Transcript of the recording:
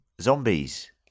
zombies